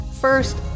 First